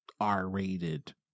R-rated